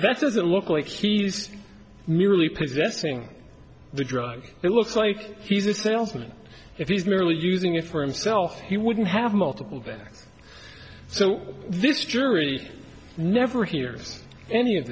that doesn't look like he's merely possessing the drug it looks like he's a salesman if he's merely using it for himself he wouldn't have multiple brands so this jury never hears any of